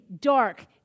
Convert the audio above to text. dark